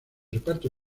reparto